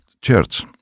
Church